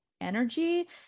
energy